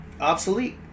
obsolete